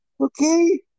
Okay